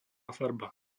farba